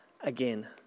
again